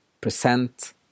present